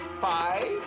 Five